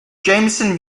jameson